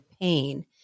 pain